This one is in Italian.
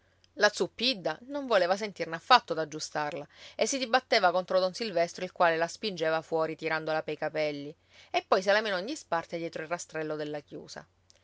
faccenda la zuppidda non voleva sentirne affatto d'aggiustarla e si dibatteva contro don silvestro il quale la spingeva fuori tirandola pei capelli e poi se la menò in disparte dietro il rastrello della chiusa